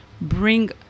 bring